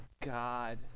god